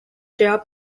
share